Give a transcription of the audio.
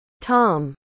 Tom